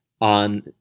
on